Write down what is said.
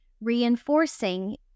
reinforcing